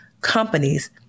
companies